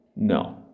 No